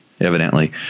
evidently